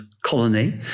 colony